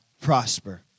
prosper